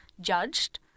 judged